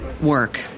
work